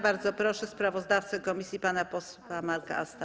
Bardzo proszę sprawozdawcę komisji pana posła Marka Asta.